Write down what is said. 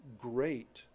great